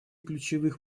ключевых